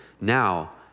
Now